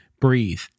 breathe